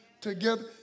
together